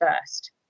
first